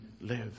live